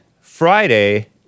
Friday